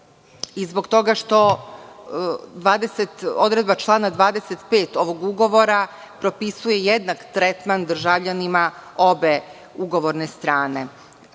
i zbog toga što odredba člana 25. ovog ugovora propisuje jednak tretman državljanima obe ugovorne strane. Mislim